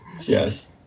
Yes